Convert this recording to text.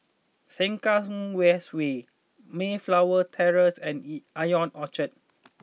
Sengkang West Way Mayflower Terrace and Yee Ion Orchard